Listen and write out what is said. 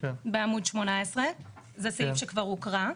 בעמוד 18. זה סעיף שכבר הוקרא.